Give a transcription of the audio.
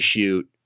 shoot